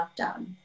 lockdown